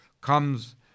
comes